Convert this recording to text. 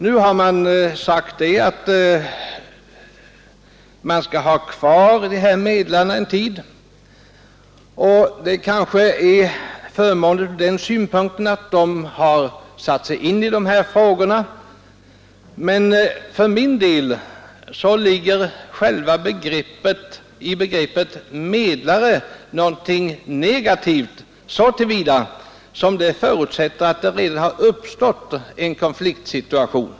Nu har man sagt att medlarna skall finnas kvar en tid, och det kanske är förmånligt från den synpunkten att de har satt sig in i de här frågorna. För mig ligger i själva begreppet medlare någonting negativt så till vida att det förutsätter att det redan har uppstått en konfliktsituation.